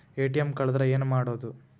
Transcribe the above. ATM ಕಳದ್ರ ಏನು ಮಾಡೋದು?